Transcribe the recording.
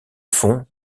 font